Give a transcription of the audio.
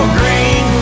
green